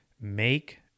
make